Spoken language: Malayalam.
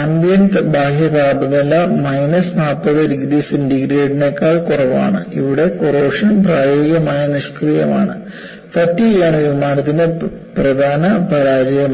ആംബിയന്റ് ബാഹ്യ താപനില മൈനസ് 40 ഡിഗ്രി സെന്റിഗ്രേഡിനേക്കാൾ കുറവാണ് ഇവിടെ കൊറോഷൻ പ്രായോഗികമായി നിഷ്ക്രിയമാണ് ഫാറ്റിഗ് ആണ് വിമാനത്തിൻറെ പ്രധാന പരാജയ മോഡ്